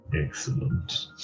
Excellent